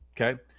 Okay